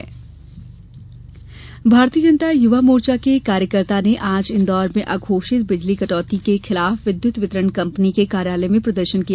प्रदर्शन भारतीय जनता युवा मोर्चा के कार्यकर्ता ने आज इंदौर में अघोषित बिजली कटौती के खिलाफ विद्यत वितरण कंपनी के कार्यालय में प्रदर्शन किया